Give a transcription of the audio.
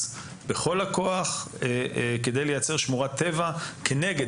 בכל הכוח כדי לייצר שמורת טבע כנגד.